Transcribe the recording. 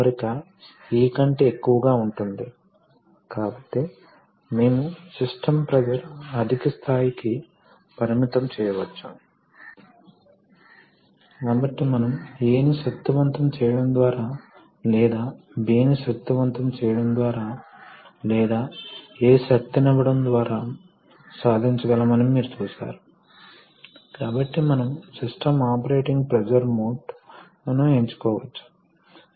కొన్నిసార్లు మనకు పాలిమర్ పైపులు ఉన్నాయి కాబట్టి ఇక్కడ కూడా మీకు ఫ్లెక్సిబుల్ ట్యూబింగ్ లను కలిగి ఉండవచ్చు మీకు మెటల్ రీఇన్ఫోర్స్డ్ పాలిమర్ పైపులు కావచ్చు కాబట్టి వివిధ రకాల పైపులను ఉపయోగించవచ్చు మరియు దానితో పాటు వివిధ రకాల ఫిట్టింగులు మరియు సీల్స్ లను తప్పనిసరిగా ఉపయోగించాలి కాబట్టి ఇది మనం ఎక్కువగా వివరించడం లేదు ఇక్కడ ఒక రకమైన రింగ్ ని చూపిస్తాను